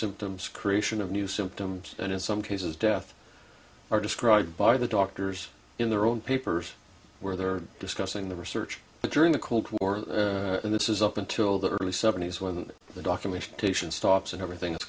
symptoms creation of new symptoms and in some cases death are described by the doctors in their own papers where they are discussing the research during the cold war and this is up until the early seventies when the documentation stops and everything i